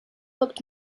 looked